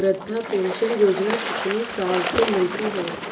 वृद्धा पेंशन योजना कितनी साल से मिलती है?